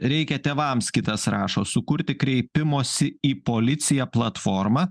reikia tėvams kitas rašo sukurti kreipimosi į policiją platformą